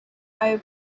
are